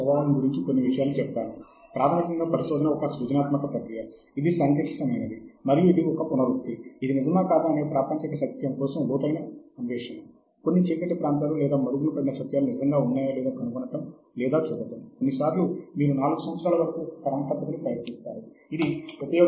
సాహిత్య శోధన తప్పక సహాయపడుతుంది మరియు ఆ విషయం యొక్క యథాతథ స్థితిని పొందటానికి మనము పరిశోధన చేయడానికి ప్రయత్నిస్తున్నాము